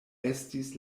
estis